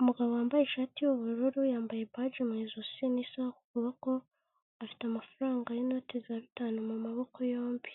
Umugabo wambaye ishati yubururu yambaye baje mu ijosi n'isaha ku kuboko, afite amafaranga y'inote za bitanu mu maboko yombi,